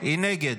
היא נגד.